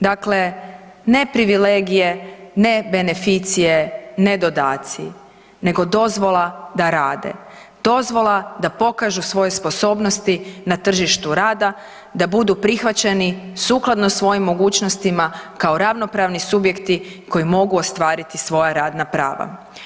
Dakle, ne privilegije, ne beneficije, ne dodaci, nego dozvola da rade, dozvola da pokažu svoje sposobnosti na tržištu rada, da budu prihvaćeni sukladno svojim mogućnostima kao ravnopravni subjekti koji mogu ostvariti svoja radna prava.